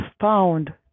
found